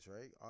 right